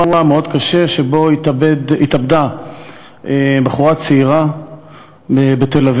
מאוד קשה שבו התאבדה בחורה צעירה בתל-אביב,